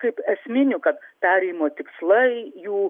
kaip esminių kad perėjimo tikslai jų